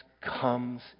comes